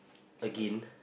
again